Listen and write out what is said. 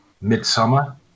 Midsummer